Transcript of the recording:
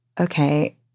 Okay